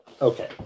Okay